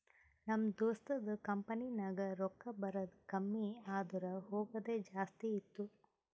ನಮ್ ದೋಸ್ತದು ಕಂಪನಿನಾಗ್ ರೊಕ್ಕಾ ಬರದ್ ಕಮ್ಮಿ ಆದೂರ್ ಹೋಗದೆ ಜಾಸ್ತಿ ಇತ್ತು